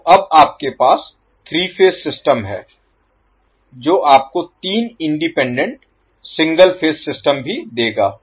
तो अब आपके पास 3 फेज सिस्टम है जो आपको तीन इंडिपेंडेंट सिंगल फेज सिस्टम भी देगा